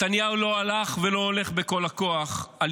נתניהו לא הלך ולא הולך בכל הכוח על